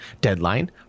deadline